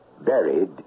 Buried